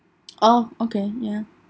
oh okay ya